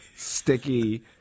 Sticky